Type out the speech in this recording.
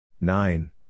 nine